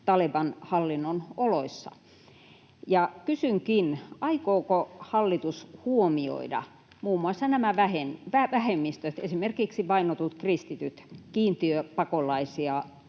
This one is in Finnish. Taleban-hallinnon oloissa. Kysynkin: aikooko hallitus huomioida muun muassa nämä vähemmistöt, esimerkiksi vainotut kristityt, kiintiöpakolaisia